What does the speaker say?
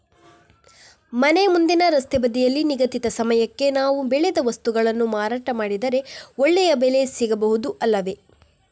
ಮನೆ ಮುಂದಿನ ರಸ್ತೆ ಬದಿಯಲ್ಲಿ ನಿಗದಿತ ಸಮಯಕ್ಕೆ ನಾವು ಬೆಳೆದ ವಸ್ತುಗಳನ್ನು ಮಾರಾಟ ಮಾಡಿದರೆ ಒಳ್ಳೆಯ ಬೆಲೆ ಸಿಗಬಹುದು ಅಲ್ಲವೇ?